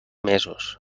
mesos